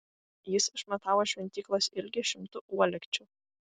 jis išmatavo šventyklos ilgį šimtu uolekčių